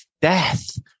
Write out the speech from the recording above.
death